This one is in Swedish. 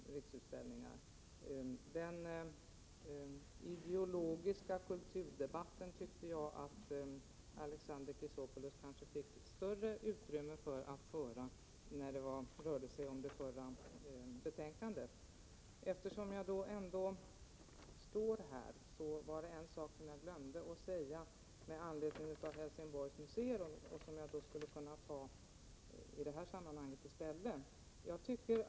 När det gäller den ideologiska kulturdebatten fanns det kanske, Alexander Chrisopoulos, större utrymme för en sådan när vi behandlade det förra betänkandet. Eftersom jag ändå har ordet vill jag säga en sak som jag har glömt att säga.